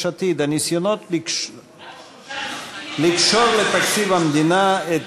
עתיד: הניסיונות לקשור לתקציב המדינה את